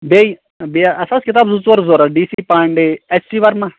بیٚیہِ بیٚیہِ اَسہِ آسہٕ کتاب زٕ ژور ضروٗرت D C Pandey H C Verma